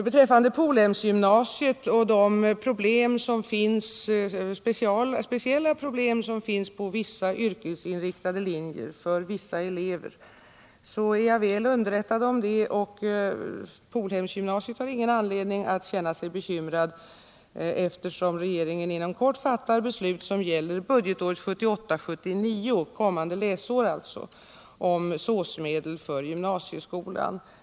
Jag är väl underrättad om de problem som finns i Polhemsgymnasiet på vissa yrkesinriktade linjer och för vissa elever. Man har emellertid ingen anledning att vara bekymrad på Polhemsgymnasiet, eftersom regeringen inom kort fattar beslut som gäller budgetåret 1978/79, alltså det kommande läsåret, om SÅS-medel för gymnasieskolan.